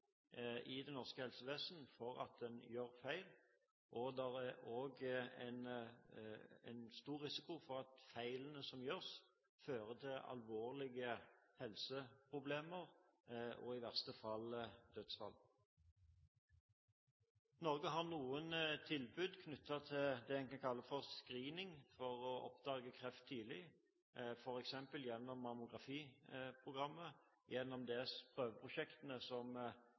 gjør feil, og det er også stor risiko for at feilene som gjøres, fører til alvorlige helseproblemer – i verste fall til dødsfall. Norge har noen tilbud knyttet til det en kan kalle screening for å oppdage kreft tidlig, f.eks. gjennom Mammografiprogrammet og gjennom de prøveprosjektene som